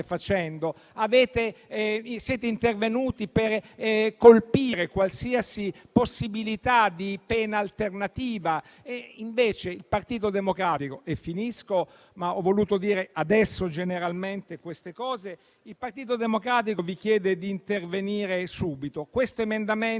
Siete intervenuti per colpire qualsiasi possibilità di pena alternativa. Invece il Partito Democratico - e finisco, ma ho voluto dire adesso generalmente queste cose - vi chiede di intervenire subito. Questo emendamento